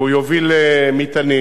והוא יוביל מטענים.